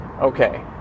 okay